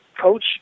coach